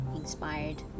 inspired